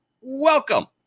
welcome